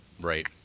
Right